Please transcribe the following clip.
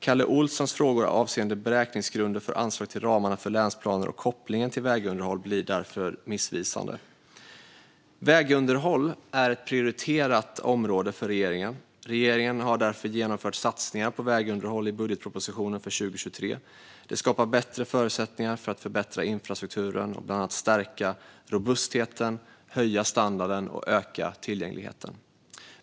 Kalle Olssons frågor avseende beräkningsgrunder för anslag till ramarna för länsplaner och kopplingen till vägunderhåll blir därför missvisande. Vägunderhåll är ett prioriterat område för regeringen. Regeringen har därför genomfört satsningar på vägunderhåll i budgetpropositionen för 2023. Det skapar bättre förutsättningar för att förbättra infrastrukturen och bland annat stärka robustheten, höja standarden och öka tillgängligheten.